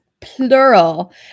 plural